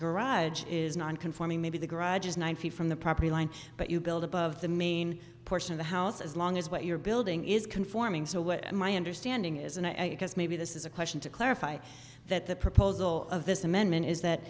garage is nonconforming maybe the garage is nine feet from the property line but you build above the main portion of the house as long as what you're building is conforming so what my understanding is and i guess maybe this is a question to clarify that the proposal of this amendment is that